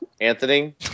Anthony